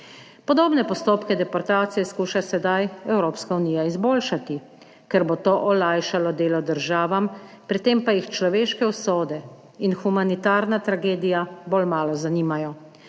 Podobne postopke deportacije skuša sedaj Evropska unija izboljšati, ker bo to olajšalo delo državam, pri tem pa jih človeške usode in humanitarna tragedija bolj malo zanimajo.